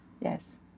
Yes